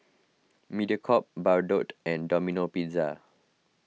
Mediacorp Bardot and Domino Pizza